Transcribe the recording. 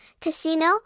casino